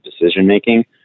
decision-making